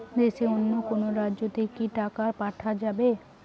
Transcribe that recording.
দেশের অন্য কোনো রাজ্য তে কি টাকা পাঠা যাবে?